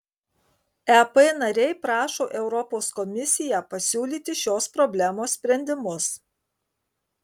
ep nariai prašo europos komisiją pasiūlyti šios problemos sprendimus